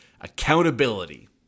accountability